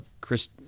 Chris